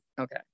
Okay